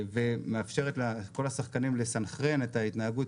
ומאפשרת לכל השחקנים לסנכרן את ההתנהגות